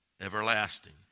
everlasting